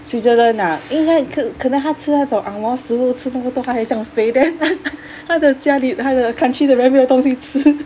switzerland ah 因该可可能他吃那种 angmoh 食物吃那么多他才这样肥 then 他的家里他的 country 的人没有东西吃